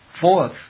Fourth